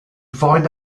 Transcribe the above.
find